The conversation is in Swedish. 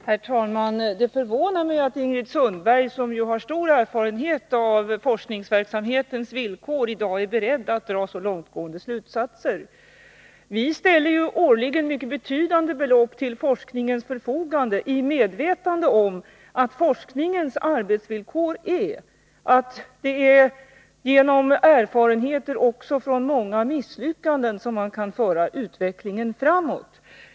Herr talman! Det förvånar mig att Ingrid Sundberg, som ju har stor erfarenhet av forskningsverksamhetens villkor, i dag är beredd att dra så långtgående slutsatser. Viställer ju årligen mycket betydande belopp till forskningens förfogande i medvetande om att forskningens arbetsvillkor är att genom erfarenheter också från många misslyckanden föra utvecklingen framåt.